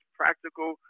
practical